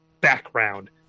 background